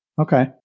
Okay